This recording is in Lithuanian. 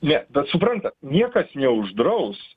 ne bet suprantat niekas neuždraus